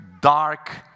dark